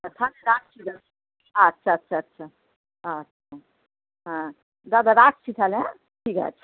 থাক রাখছি দাদা আচ্ছা আচ্ছা আচ্ছা আচ্ছা হ্যাঁ দাদা রাখছি তাহলে হ্যাঁ ঠিক আছে